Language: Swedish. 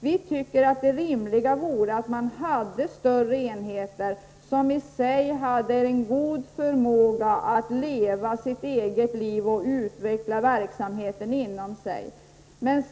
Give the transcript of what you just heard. Vi menar att det rimliga vore att man hade större enheter som i sig hade en god förmåga att leva sitt eget liv och utveckla verksamheten inom sig.